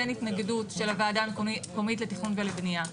אין התנגדות של הוועדה המקומית לתכנון ולבנייה.